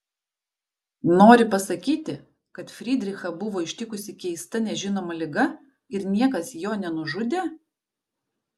nori pasakyti kad frydrichą buvo ištikusi keista nežinoma liga ir niekas jo nenužudė